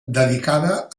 dedicada